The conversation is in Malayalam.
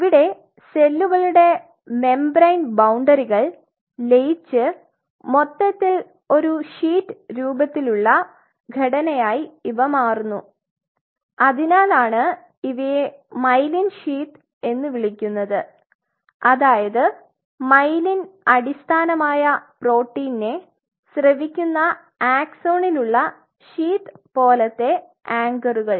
ഇവിടെ സെല്ലുകളുടെ മെമ്പറൈൻ ബൌണ്ടറികൾ ലയിച് മൊത്തത്തിൽ ഒരു ഷീറ്റ് രൂപത്തിലുള്ള ഒരു ഘടനയായി ഇവ മാറുന്നു അതിനാലാണ് ഇവയെ മൈലിൻ ഷീത്ത് എന്ന് വിളിക്കുന്നത് അതായത് മൈലിൻ അടിസ്ഥാനമായ പ്രോട്ടീനെ സ്രെവിക്കുന്ന ആക്സൊണിൽ ഉള്ള ഷീത്ത് പോലെത്തെ ആങ്കറുകൾ